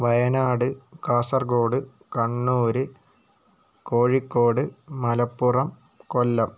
Wayanad Kasaragod Kannur Kozhikode Malappuram Kollam